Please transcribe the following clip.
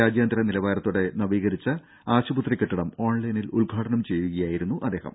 രാജ്യാന്തര നിലവാരത്തോടെ നവീകരിച്ച ആശുപത്രി കെട്ടിടം ഓൺലൈനിൽ ഉദ്ഘാടനം ചെയ്യുകയായിരുന്നു അദ്ദേഹം